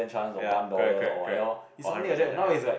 ya correct correct correct or hundred percent ya ya